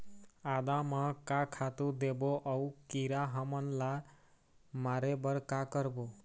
आदा म का खातू देबो अऊ कीरा हमन ला मारे बर का करबो?